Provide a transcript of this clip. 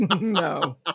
No